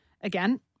Again